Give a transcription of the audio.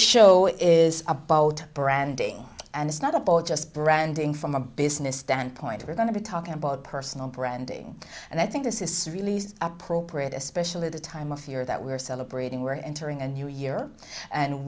show is a boat branding and it's not about just branding from a business standpoint we're going to be talking about personal branding and i think this is appropriate especially the time of year that we're celebrating we're entering a new year and